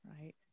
Right